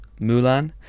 Mulan